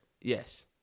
yes